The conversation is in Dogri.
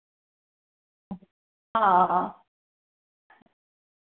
आं